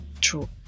true